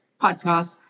podcast